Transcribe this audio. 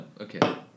Okay